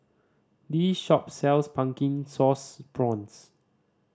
this shop sells Pumpkin Sauce Prawns